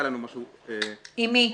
עם מי?